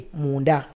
munda